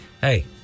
hey